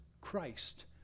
Christ